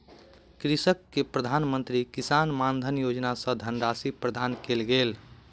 कृषक के प्रधान मंत्री किसान मानधन योजना सॅ धनराशि प्रदान कयल गेल